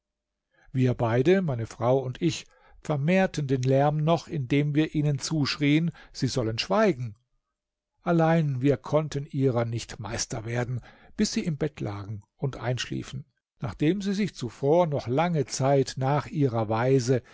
wir beide meine frau und ich vermehrten den lärm noch indem wir ihnen zuschrieen sie sollen schweigen allein wir konnten ihrer nicht meister werden bis sie im bett lagen und einschliefen nachdem sie sich zuvor noch lange zeit nach ihrer weise